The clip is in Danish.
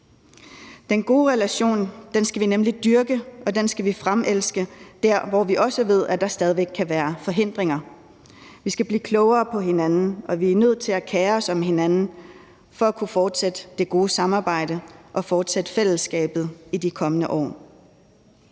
Den gode relation skal vi nemlig dyrke, og den skal vi fremelske dér, hvor vi også ved at der stadigvæk kan være forhindringer. Vi skal blive klogere på hinanden, og vi er nødt til at kere os om hinanden for at kunne fortsætte det gode samarbejde og fortsætte fællesskabet i de kommende år.